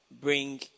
bring